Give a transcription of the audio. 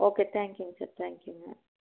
okay thank யூங்க sir thank யூங்க